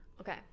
okay